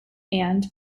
and